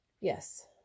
Yes